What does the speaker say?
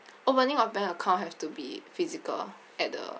opening of bank account has to be physical at the